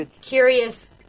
curious